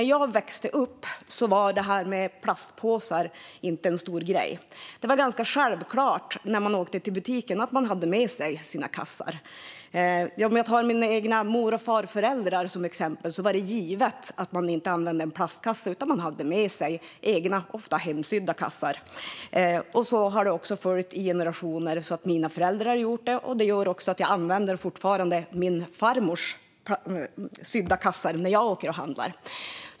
När jag växte upp var detta med plastpåsar ingen stor grej. När man åkte till butiken var det ganska självklart att man hade med sig sina kassar. Jag kan ta mina egna mor och farföräldrar som exempel. För dem var det givet att man inte använde en plastkasse, utan man hade med sig egna, ofta hemsydda, kassar. Detta har folk gjort i generationer. Mina föräldrar har gjort på samma sätt, och jag själv använder min farmors sydda kassar när jag åker och handlar.